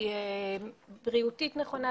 היא בריאותית נכונה,